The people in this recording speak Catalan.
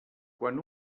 quan